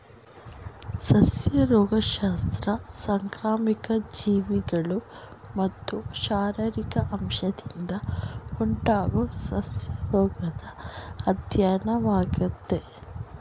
ಸಸ್ಯ ರೋಗಶಾಸ್ತ್ರ ಸಾಂಕ್ರಾಮಿಕ ಜೀವಿಗಳು ಮತ್ತು ಶಾರೀರಿಕ ಅಂಶದಿಂದ ಉಂಟಾಗೊ ಸಸ್ಯರೋಗದ್ ಅಧ್ಯಯನವಾಗಯ್ತೆ